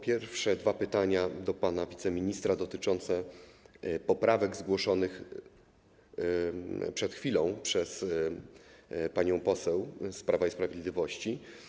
Pierwsze dwa pytania do pana wiceministra, dotyczące poprawek zgłoszonych przed chwilą przez panią poseł z Prawa i Sprawiedliwości.